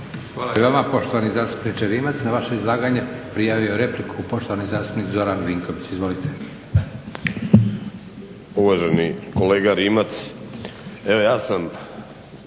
Hvala i vama poštovani zastupniče Rimac. Na vaše izlaganje prijavio je repliku poštovani zastupnik Zoran Vinković. Izvolite. **Vinković, Zoran